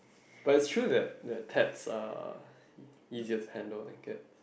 but is true that that cats are easier to handle than cat